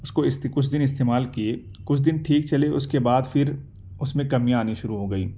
اس کو اس کچھ دن استعمال کیے کچھ دن ٹھیک چلی اس کے بعد پھر اس میں کمیاں آنی شروع ہو گئی